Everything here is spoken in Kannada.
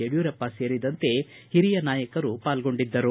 ಯಡಿಯೂರಪ್ಪ ಸೇರಿದಂತೆ ಹಿರಿಯ ನಾಯಕರು ಪಾಲ್ಗೊಂಡಿದ್ದರು